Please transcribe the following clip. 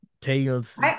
tales